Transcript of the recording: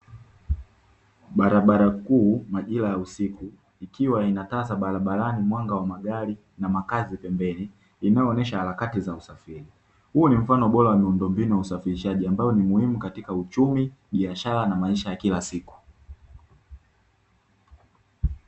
Barabara kuu majira ya usiku ikiwa ina taa za barabarani, mwanga wa magari na makazi pembeni inayoonesha harakati za usafiri. Huo ni mfano bora wa miundo mbinu ya usafirishaji ambao ni muhimu katika uchumi, biashara na maisha ya kila siku.